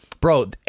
Bro